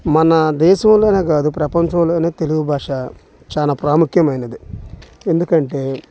మన దేశంలోనే కాదు ప్రపంచంలోనే తెలుగు భాష చాలా ప్రాముఖ్యమైనది ఎందుకంటే